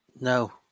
no